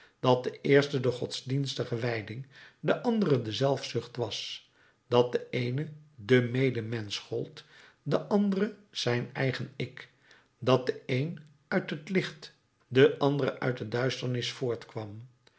dat de eerste de godsdienstige wijding de andere de zelfzucht was dat de eene den medemensch gold de andere zijn eigen ik dat de eene uit het licht de andere uit de duisternis